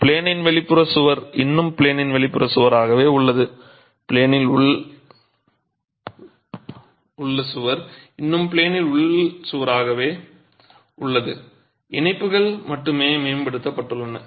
ப்ளேனின் வெளிப்புறச் சுவர் இன்னும் ப்ளேனின் வெளிப்புறச் சுவராகவே உள்ளது ப்ளேனில் உள் சுவர் இன்னும் ப்ளேனில் உள் சுவராகவே உள்ளது இணைப்புகள் மட்டுமே மேம்படுத்தப்பட்டுள்ளன